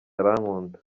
arankunda